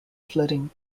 flooding